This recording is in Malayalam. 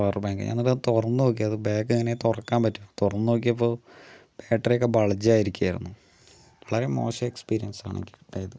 പവർ ബാങ്ക് ഞാൻ എന്നിട്ടത് തുറന്ന് നോക്കി അത് ബാക്ക് എങ്ങനെ തുറക്കാൻ പറ്റുക തുറന്ന് നോക്കിയപ്പോൾ ബാക്ടറിയൊക്കെ ബൾജായിരിക്കുവായിരുന്നു വളരെ മോശം എക്സ്പീരിയൻസ് ആണ് എനിക്കുണ്ടായത്